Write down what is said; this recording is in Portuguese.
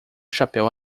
chapéu